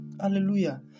hallelujah